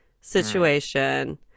situation